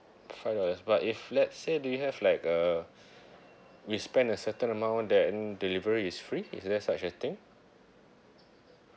five dollars but if let's say do you have like the we spent a certain amount then delivery is free is there such a thing